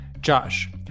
Josh